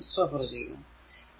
21 ആണ്